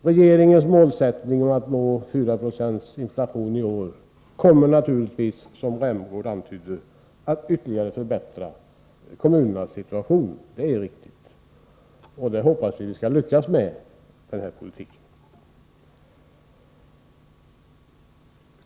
Regeringens målsättning att hålla inflationen vid 4960 i år kommer naturligtvis, som Rolf Rämgård antydde, att ytterligare förbättra kommunernas situation. Det är riktigt, och vi hoppas att vi skall lyckas med den här politiken.